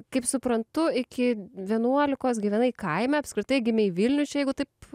kaip suprantu iki vienuolikos gyvenai kaime apskritai gimei vilniuj čia jeigu taip